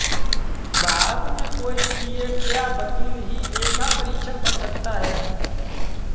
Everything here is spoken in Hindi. भारत में कोई सीए या वकील ही लेखा परीक्षक बन सकता है